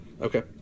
Okay